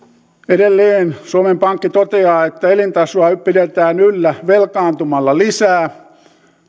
edelleen suomen pankki toteaa että elintasoa pidetään yllä velkaantumalla lisää